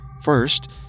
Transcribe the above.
First